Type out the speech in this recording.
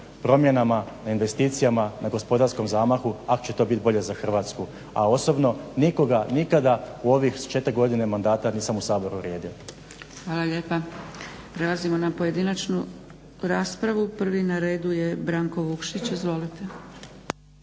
promjenama, na investicijama, na gospodarskom zamahu ako će to biti bolje za Hrvatsku. A osobno nikoga nikada u ovih četiri godine mandata nisam u Saboru uvrijedio. **Zgrebec, Dragica (SDP)** Hvala lijepa. Prelazimo na pojedinačnu raspravu. Prvi na redu je Branko Vukšić.